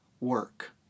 work